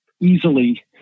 easily